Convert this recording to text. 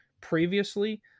previously